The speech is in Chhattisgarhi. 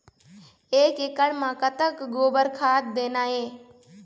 एक एकड़ म कतक गोबर खाद देना ये?